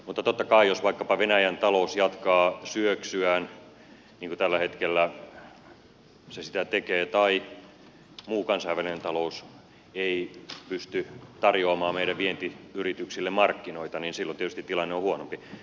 mutta totta kai jos vaikkapa venäjän talous jatkaa syöksyään niin kuin tällä hetkellä se sitä tekee tai muu kansainvälinen talous ei pysty tarjoamaan meidän vientiyrityksille markkinoita niin silloin tietysti tilanne on huonompi